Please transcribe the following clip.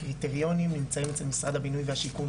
הקריטריונים נמצאים אצל משרד הבינוי והשיכון,